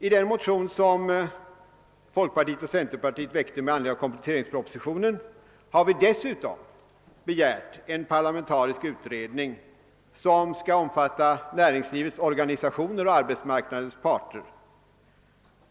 I den motion som folkpartiet och centerpartiet väckte i anledning av kompletteringspropositionen har — vi dessutom begärt en parlamentarisk utredning som skall omfatta näringslivets organisationer och arbetsmarknadens parter.